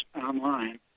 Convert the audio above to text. online